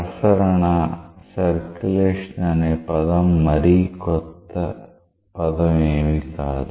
ప్రసరణ అనే పదం మరీ కొత్త పదం ఏమీ కాదు